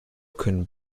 können